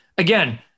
Again